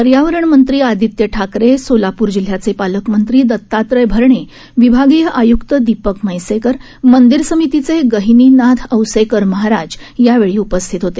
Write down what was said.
पर्यावरण मंत्री आदित्य ठाकरे सोलापूर जिल्ह्याचे पालकमंत्री दतात्रय भरणे विभागीय आय्क्त दिपक म्हैसेकर मंदिर समितीचे गहिनीनाथ औसेकर महाराज यावेळी उपस्थित होते